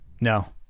No